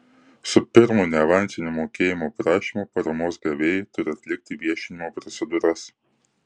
su pirmu neavansiniu mokėjimo prašymu paramos gavėjai turi atlikti viešinimo procedūras